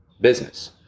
business